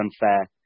unfair